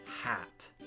hat